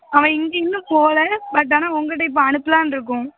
அவன் இங்கே இன்னும் போகல பட் ஆனால் உங்கிட்ட இப்போ அனுப்பலான்ட்டுருக்கோம்